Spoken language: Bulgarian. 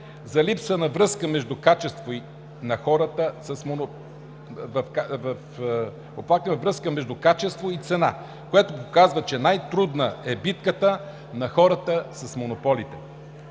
за липса на връзка между качество и цена, което показва, че най-трудна е битката на хората с монополите.